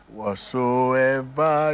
Whatsoever